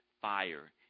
fire